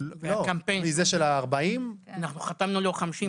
אנחנו הגוף שמאשר.